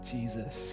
Jesus